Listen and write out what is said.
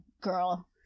girl